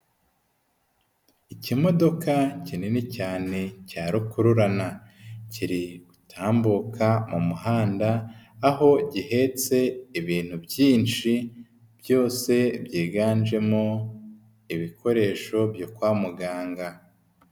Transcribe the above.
Ikimodoka kinini cyane cyarukururana, kiri gutambuka mu muhanda, aho gihetse ibintu byinshi byose byiganjemo ibikoresho byo kwa muganga.